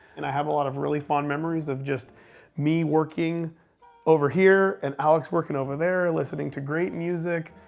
and i have a lot of really fond memories of just me working over here and alex working over there, listening to great music.